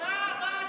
תודה רבה,